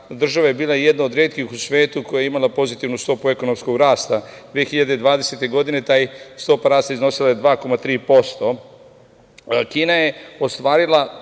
država je bila jedna od retkih u svetu koja je imala pozitivnu stopu ekonomskog rasta, 2020. godine ta stopa je iznosila 2,3%.Kina je ostvarila,